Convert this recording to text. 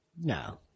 No